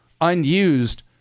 unused